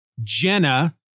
Jenna